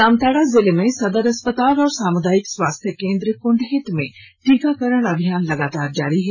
जामताड़ा जिले के सदर अस्पताल और सामुदायिक स्वास्थ्य केंद्र कुंडहित में टीकाकरण अभियान लगातार जारी है